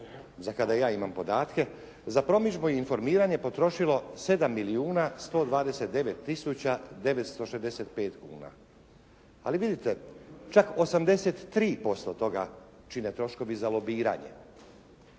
za kada ja imam podatke za promidžbu i informiranje potrošilo 7 milijuna 129 tisuća 965 kuna. Ali vidite, čak 83% toga čine troškovi za lobiranje.